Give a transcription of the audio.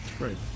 Right